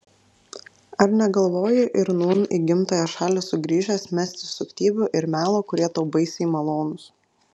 ar negalvoji ir nūn į gimtąją šalį sugrįžęs mesti suktybių ir melo kurie tau baisiai malonūs